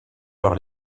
par